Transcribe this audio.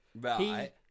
Right